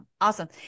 awesome